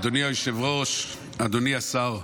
אדוני היושב-ראש, אדוני השר,